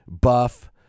buff